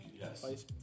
yes